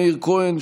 מאיר כהן,